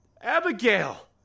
Abigail